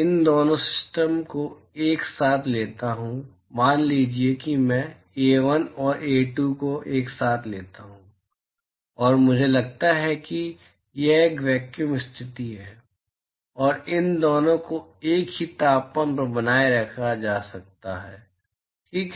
इन दोनों सिस्टम को एक साथ लेता हूं मान लीजिए कि मैं ए 1 और ए 2 एक साथ लेता हूं और मुझे लगता है कि यह एक वैक्यूम स्थिति है और इन दोनों को एक ही तापमान पर बनाए रखा जाता है ठीक है